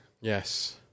Yes